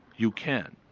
you can.